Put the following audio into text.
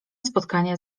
spotkania